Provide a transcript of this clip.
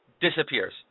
disappears